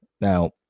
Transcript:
Now